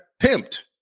pimped